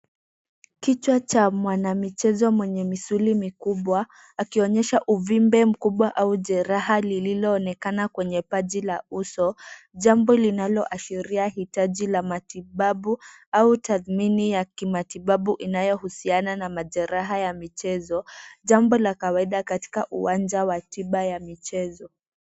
Kichwa cha mwana michezo mwenye misuli mikubwa akionyesha uvimbe mkubwa au jeraha lililoonekana kwenye paji la uso, jambo linaloashiria hitaji la matibabu au tathmini ya kimatibabu inayohusiana na majeraha ya michezo. Jambo la kawaida katika uwanja wa tiba ya michezo.